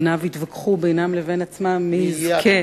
בניו התווכחו בינם לבין עצמם מי יזכה